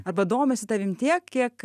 arba domisi tavim tiek kiek